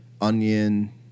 onion